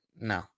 no